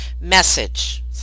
message